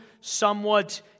somewhat